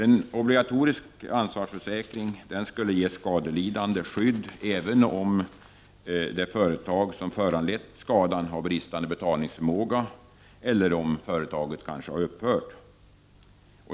En obligatorisk ansvarsförsäkring skulle ge skadelidande skydd även om det företag som föranlett skadan har bristande betalningsförmåga, eller kanske har upphört.